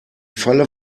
falle